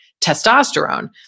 testosterone